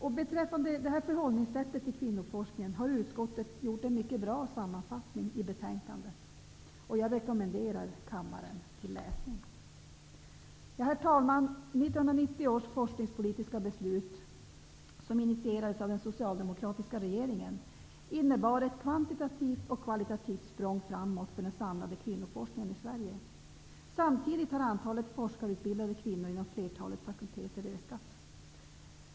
När det gäller detta sätt att förhålla sig till kvinnoforskningen har utskottet gjort en mycket bra sammanfattning i betänkandet. Jag rekommenderar kammaren denna läsning. Herr talman! 1990 års forskningspolitiska beslut, som initierades av den socialdemokratiska regeringen, innebar ett kvantitativt och kvalitativt språng framåt för den samlade kvinnoforskningen i Sverige. Samtidigt har antalet forskarutbildade kvinnor inom flertalet fakulteter ökat.